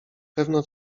pewno